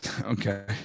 Okay